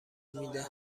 میده